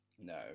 No